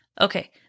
Okay